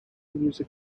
music